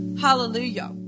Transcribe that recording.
hallelujah